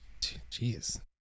jeez